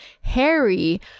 Harry